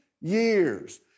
years